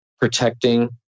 protecting